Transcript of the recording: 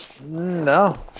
No